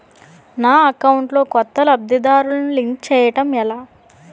నా అకౌంట్ లో కొత్త లబ్ధిదారులను లింక్ చేయటం ఎలా?